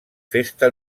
festa